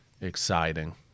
exciting